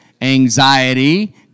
anxiety